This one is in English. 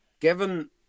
Given